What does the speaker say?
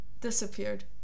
Disappeared